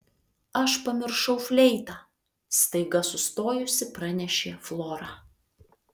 aš pamiršau fleitą staiga sustojusi pranešė flora